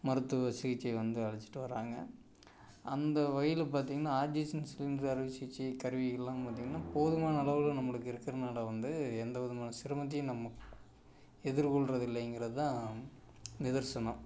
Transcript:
மருத்துவ சிகிச்சை வந்து அளிச்சிகிட்டு வராங்கள் அந்த வகையில் பார்த்திங்கன்னா ஆக்ஜிசன் சிலிண்டர் அறுவை சிகிச்சை கருவி எல்லாம் பார்த்திங்கன்னா போதுமான அளவில் நம்மளுக்கு இருக்கிறனால வந்து எந்தவிதமான சிரமத்தையும் நம்ம எதிர்கொள்கிறது இல்லேங்கிறது தான் நிதர்சனம்